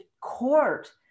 court